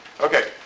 Okay